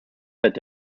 that